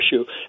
issue